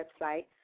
website